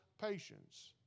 patience